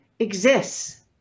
exists